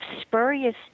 spurious